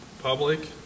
public